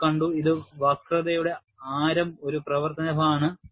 നമ്മൾ കണ്ടു ഇത് വക്രതയുടെ ആരം ഒരു പ്രവർത്തനമാണ്